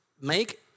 make